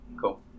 Cool